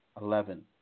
eleven